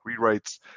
rewrites